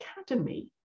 Academy